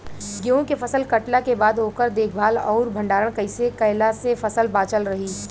गेंहू के फसल कटला के बाद ओकर देखभाल आउर भंडारण कइसे कैला से फसल बाचल रही?